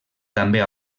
també